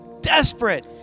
desperate